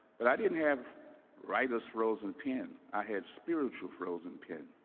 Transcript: but i didn't have writer's frozen pen. i had spiritual frozen pen.